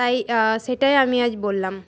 তাই সেটাই আমি আজ বললাম